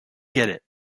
get